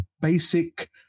basic